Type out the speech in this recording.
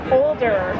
older